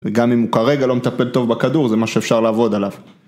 וגם אם הוא כרגע לא מטפל טוב בכדור, זה משהו שאפשר לעבוד עליו.